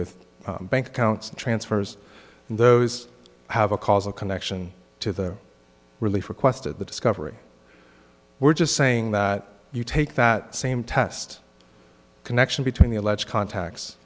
with bank accounts transfers and those have a causal connection to the relief requested the discovery we're just saying that you take that same test connection between the alleged contacts